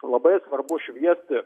labai svarbu šviesti